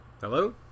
Hello